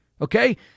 Okay